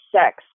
sex